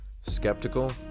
Skeptical